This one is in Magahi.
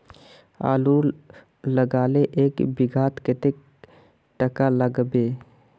आलूर लगाले एक बिघात कतेक टका लागबे?